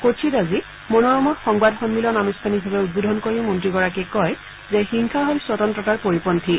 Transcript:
কোচিত আজি মনোৰমা সংবাদ সন্মিলন আনুষ্ঠানিকভাৱে উদ্বোধন কৰি মন্ত্ৰীগৰাকীয়ে কয় যে হিংসা হল স্বতন্ত্ৰতাৰ পৰিপন্থী